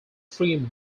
three